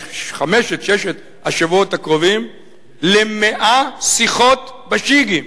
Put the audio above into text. חמשת, ששת השבועות הקרובים ל-100 שיחות ב"שיגים".